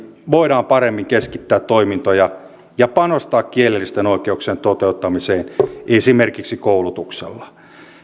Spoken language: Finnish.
voidaan paremmin keskittää toimintoja ja panostaa kielellisten oikeuksien toteuttamiseen esimerkiksi koulutuksella